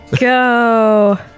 Go